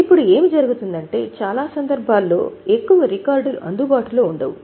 ఇప్పుడు ఏమి జరుగుతుందంటే చాలా సందర్భాల్లో ఎక్కువ రికార్డులు అందుబాటులో ఉండవు